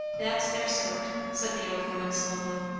that's their sort, said the old woman slowly.